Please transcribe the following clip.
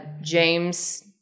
James